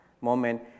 moment